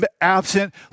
absent